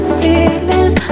feelings